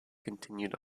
continued